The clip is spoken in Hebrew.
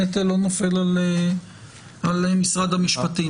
הנטל לא נופל על משרד המשפטים.